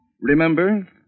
Remember